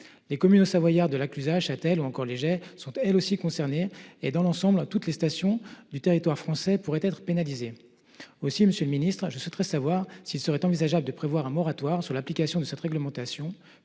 Les communes hautes savoyardes de La Clusaz, Châtel ou encore Les Gets sont elles aussi concernées, et, dans l’ensemble, toutes les stations du territoire français pourraient être pénalisées. Aussi, monsieur le ministre, je souhaite savoir s’il serait envisageable de prévoir un moratoire sur l’application de cette réglementation,